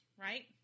right